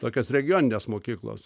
tokios regioninės mokyklos